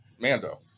Mando